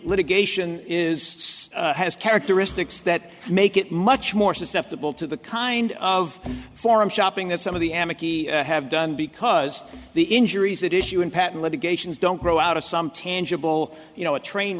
litigation is has characteristics that make it much more susceptible to the kind of forum shopping that some of the have done because the injuries that issue in patent litigations don't grow out of some tangible you know a